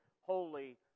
holy